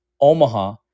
Omaha